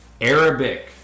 Arabic